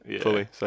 fully